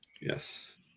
yes